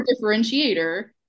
differentiator